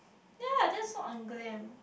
ya that's so unglam